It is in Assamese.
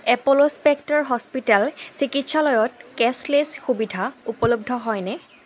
এপ'ল' স্পেক্টাৰ হস্পিটেল চিকিৎসালয়ত কেচলেছ সুবিধা উপলব্ধ হয়নে